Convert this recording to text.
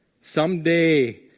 someday